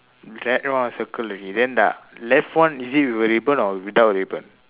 that one I circle already then the left one is it with a ribbon or without a ribbon